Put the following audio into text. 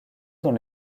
dans